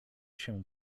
się